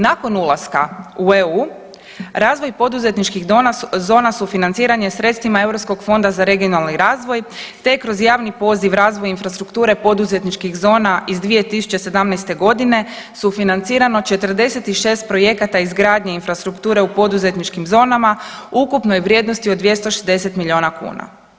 Nakon ulaska u EU razvoj poduzetničkih zona sufinanciran je sredstvima europskog fonda za regionalni razvoj te je kroz javni poziv razvoj infrastrukture poduzetničkih zona iz 2017. godine sufinancirano 46 projekata izgradnje infrastrukture u poduzetničkim zonama ukupne vrijednosti od 260 miliona kuna.